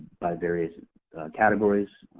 by various categories.